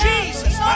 Jesus